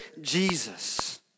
Jesus